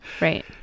right